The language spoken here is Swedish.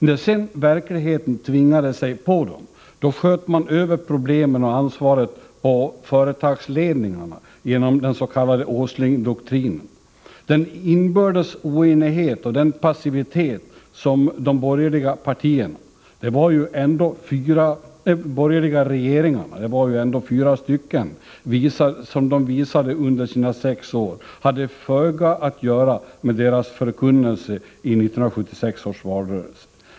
När sedan verkligheten tvingade sig på dem, sköt de genom den s.k. Åslingdoktrinen över problemen och ansvaret på företagsledningarna. Den inbördes oenighet och passivitet som de borgerliga regeringarna — det var ändå fyra stycken — visade under sina sex år hade föga att göra med de borgerliga partiernas förkunnelse i 1976 års valrörelse.